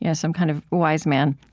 yeah some kind of wise man.